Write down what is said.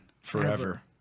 forever